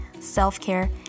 self-care